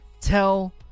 tell